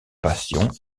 passion